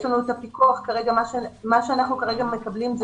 יש לנו את הפיקוח וכרגע מה שאנחנו מקבלים זה